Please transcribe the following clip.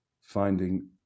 finding